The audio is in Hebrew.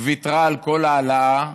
על כל ההעלאה,